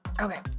Okay